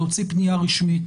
להוציא פנייה רשמית